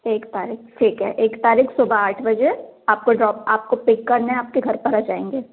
एक तारीख़ ठीक है एक तारीख़ सुबह आठ बजे आपको ड्रॉप आपको पिक करना है आपके घर पर आ जाएँगे